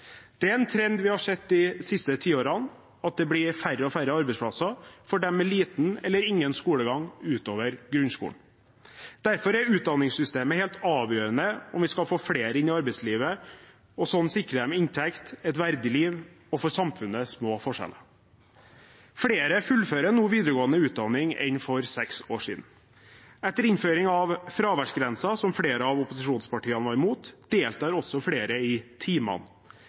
Det er en trend vi har sett de siste tiårene, at det blir færre og færre arbeidsplasser for dem med lite eller ingen skolegang utover grunnskolen. Derfor er utdanningssystemet helt avgjørende for om vi skal få flere inn i arbeidslivet og sånn sikre dem inntekt og et verdig liv og få et samfunn med små forskjeller. Flere fullfører nå videregående utdanning enn for seks år siden. Etter innføringen av fraværsgrensen, som flere av opposisjonspartiene var imot, deltar flere i timene.